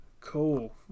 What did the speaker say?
cool